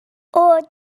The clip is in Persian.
اردک